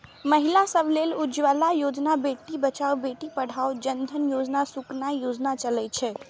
महिला सभ लेल उज्ज्वला योजना, बेटी बचाओ बेटी पढ़ाओ, जन धन योजना, सुकन्या योजना चलै छै